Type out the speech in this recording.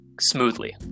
smoothly